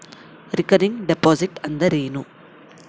Recurring deposit ಅಂದರೇನು?